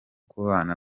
kubana